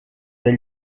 del